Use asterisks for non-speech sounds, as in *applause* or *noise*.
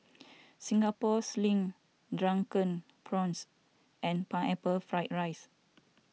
*noise* Singapore Sling Drunken Prawns and Pineapple Fried Rice